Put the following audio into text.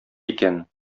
икән